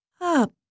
up